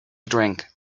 drink